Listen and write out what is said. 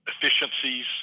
efficiencies